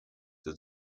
der